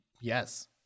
yes